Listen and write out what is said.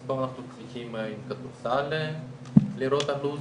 אז פעם אנחנו צריכים עם כדורסל לראות את הלוז,